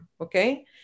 okay